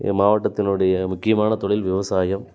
இந்த மாவட்டத்தினுடைய முக்கியமான தொழில் விவசாயம்